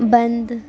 بند